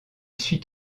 suit